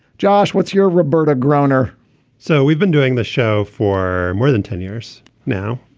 josh what's your roberta grosvenor so we've been doing the show for more than ten years now.